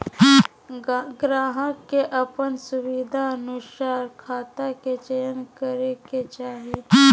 ग्राहक के अपन सुविधानुसार खाता के चयन करे के चाही